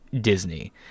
Disney